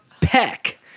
peck